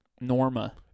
Norma